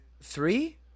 three